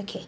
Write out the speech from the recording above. okay